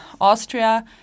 Austria